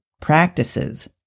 practices